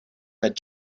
read